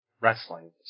Wrestling